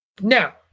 Now